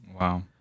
Wow